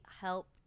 help